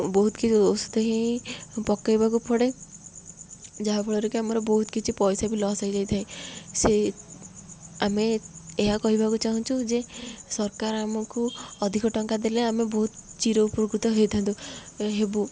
ବହୁତ କିଛି ଔଷଧ ହିଁ ପକେଇବାକୁ ପଡ଼େ ଯାହାଫଳରେ କି ଆମର ବହୁତ କିଛି ପଇସା ବି ଲସ୍ ହୋଇଯାଇଥାଏ ସେ ଆମେ ଏହା କହିବାକୁ ଚାହୁଁଛୁ ଯେ ସରକାର ଆମକୁ ଅଧିକ ଟଙ୍କା ଦେଲେ ଆମେ ବହୁତ ଚିର ଉପକୃତ ହେଇଥାନ୍ତୁ ହେବୁ